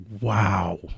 wow